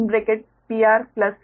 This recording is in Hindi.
V 2